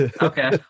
Okay